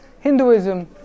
Hinduism